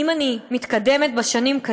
"אם אני מתקדמת בשנים,